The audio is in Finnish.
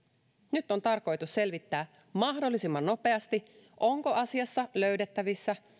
nyt on tarkoitus selvittää mahdollisimman nopeasti onko asiassa löydettävissä